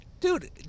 Dude